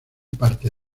parte